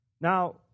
Now